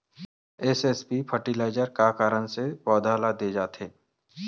SSP fertiliser का कारण से पौधा ल दे जाथे?